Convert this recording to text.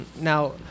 now